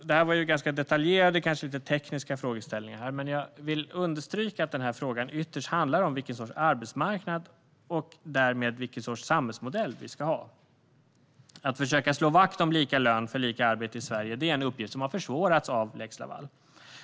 Det var ganska detaljerade och kanske lite tekniska frågeställningar här. Men jag vill understryka att den här frågan ytterst handlar om vilken sorts arbetsmarknad och därmed vilken sorts samhällsmodell vi ska ha. Att slå vakt om lika lön för lika arbete i Sverige är en uppgift som har försvårats av lex Laval.